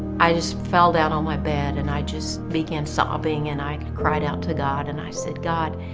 i just fell down on my bed and i just began sobbing, and i cried out to god and i said, god,